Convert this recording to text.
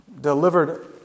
delivered